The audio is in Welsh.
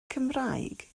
cymraeg